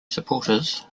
supporters